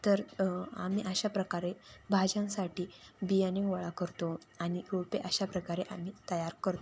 तर आम्ही अशा प्रकारे भाज्यांसाठी बियाणे गोळा करतो आणि रोपे अशाप्रकारे आम्ही तयार कर